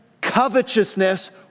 covetousness